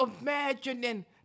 imagining